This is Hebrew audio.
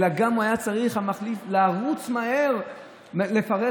אלא שהמחליף גם היה צריך לרוץ מהר לפרק,